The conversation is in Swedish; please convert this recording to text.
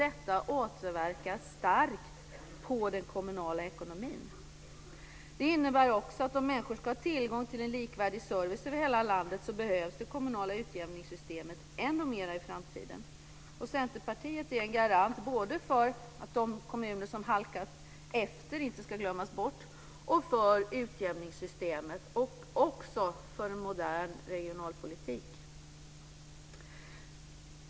Detta återverkar starkt på den kommunala ekonomin. Det innebär också att om människor ska ha tillgång till en likvärdig service över hela landet behövs det kommunala utjämningssystemet ännu mer i framtiden. Centerpartiet är en garant både för att de kommuner som halkat efter inte ska glömmas bort och för utjämningssystemet och också för en modern regionalpolitik.